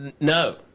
no